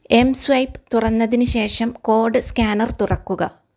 mSwipe തുറന്നതിന് ശേഷം code scanner തുറക്കുക